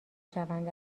شوند